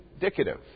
indicative